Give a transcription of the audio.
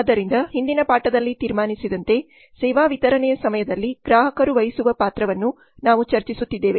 ಆದ್ದರಿಂದ ಹಿಂದಿನ ಪಾಠದಲ್ಲಿ ತೀರ್ಮಾನಿಸಿದಂತೆ ಸೇವಾ ವಿತರಣೆಯ ಸಮಯದಲ್ಲಿ ಗ್ರಾಹಕರು ವಹಿಸುವ ಪಾತ್ರವನ್ನು ನಾವು ಚರ್ಚಿಸುತ್ತಿದ್ದೇವೆ